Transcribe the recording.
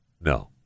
No